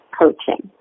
coaching